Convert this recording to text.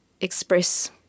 express